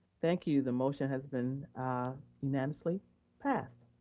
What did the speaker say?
thank you, the motion has been unanimously passed.